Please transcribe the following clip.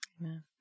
Amen